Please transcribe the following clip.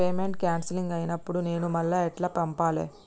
Payment cancel అయినపుడు నేను మళ్ళా ఎట్ల పంపాలే?